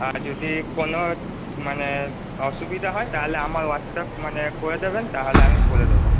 আর যদি কোন মানে অসুবিধা হয় তাহলে আমার হোয়াটসঅ্যাপ মানে করে দেবেন তাহলে আমি বলে দেব